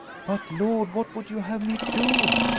but, lord! what would you have me do?